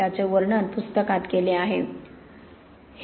त्याचे वर्णन पुस्तकात केले आहे